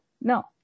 No